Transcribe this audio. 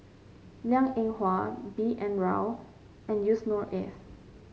Liang Eng Hwa B N Rao and Yusnor Ef